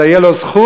אלא תהיה לו זכות,